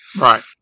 right